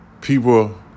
people